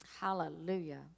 Hallelujah